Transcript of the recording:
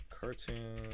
Cartoon